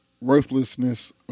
worthlessness